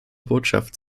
botschaft